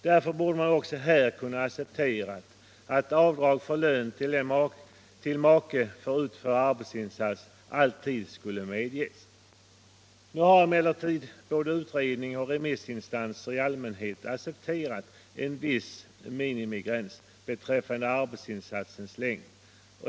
Därför borde man också här kunna acceptera att avdrag för lön till make för utförd arbetsinsats alltid skulle medges. Nu har emellertid både utredning och remissinstanser i allmänhet accepterat en viss minimigräns beträffande arbetsinsatsens längd.